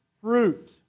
fruit